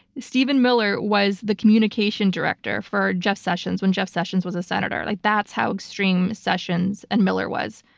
stephen miller was the communications director for jeff sessions when jeff sessions was a senator. like that's how extreme sessions and miller was.